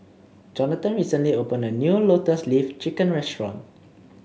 Johnathon recently opened a new Lotus Leaf Chicken restaurant